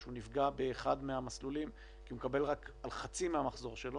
או שהוא נפגע באחד מהמסלולים כי הוא מקבל רק על חצי מהמחזור שלו.